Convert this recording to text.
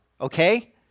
okay